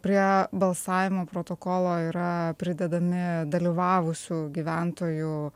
prie balsavimo protokolo yra pridedami dalyvavusių gyventojų